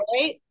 Right